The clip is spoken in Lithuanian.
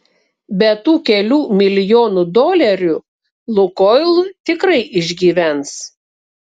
be tų kelių milijonų dolerių lukoil tikrai išgyvens